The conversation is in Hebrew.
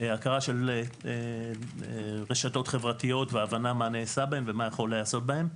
הכרה של רשתות חברתיות והבנה מה נעשה בהם ומה יכול להיעשות בהם.